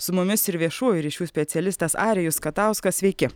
su mumis ir viešųjų ryšių specialistas arijus katauskas sveiki